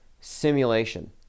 simulation